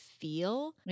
feel